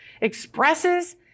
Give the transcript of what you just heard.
expresses